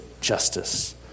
justice